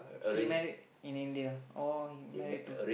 he married in India oh he married to